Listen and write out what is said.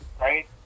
right